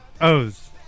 O's